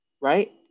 right